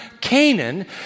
Canaan